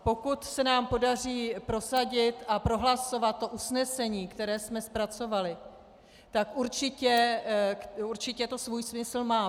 Pokud se nám podaří prosadit a prohlasovat to usnesení, které jsme zpracovali, tak určitě to svůj smysl má.